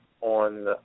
on